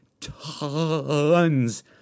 tons